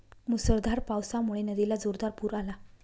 मुसळधार पावसामुळे नदीला जोरदार पूर आला